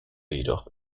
jedoch